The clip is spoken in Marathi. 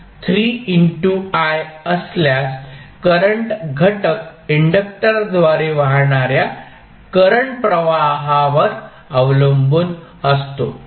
i असल्यास करंट घटक इंडक्टरद्वारे वाहणाऱ्या करंट प्रवाहावर अवलंबून असतो